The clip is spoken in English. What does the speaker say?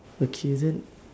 okay then